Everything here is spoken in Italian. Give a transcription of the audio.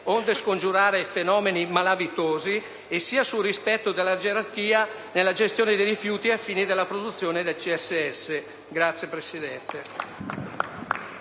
onde scongiurare fenomeni malavitosi, e sia sul rispetto della gerarchia nella gestione dei rifiuti ai fini della produzione del CSS. *(Applausi